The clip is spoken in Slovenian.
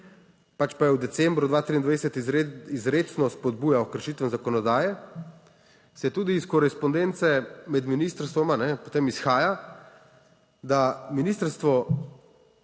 pač pa je v decembru 2023 izrecno spodbujal h kršitvam zakonodaje, saj tudi iz korespondence med ministrstvoma potem izhaja, da ministrstvo,